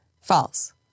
false